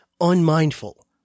unmindful